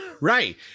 Right